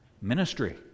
ministry